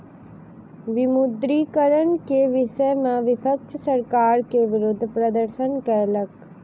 विमुद्रीकरण के विषय में विपक्ष सरकार के विरुद्ध प्रदर्शन कयलक